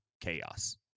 chaos